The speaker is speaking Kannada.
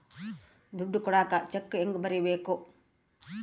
ದುಡ್ಡು ಕೊಡಾಕ ಚೆಕ್ ಹೆಂಗ ಬರೇಬೇಕು?